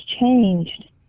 changed